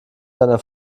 seiner